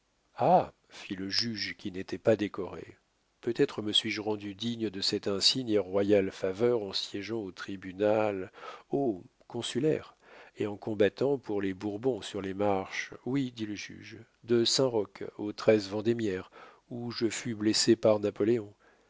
ah fit le juge qui n'était pas décoré peut-être me suis-je rendu digne de cette insigne et royale faveur en siégeant au tribunal oh consulaire et en combattant pour les bourbons sur les marches oui dit le juge de saint-roch au treize vendémiaire où je fus blessé par napoléon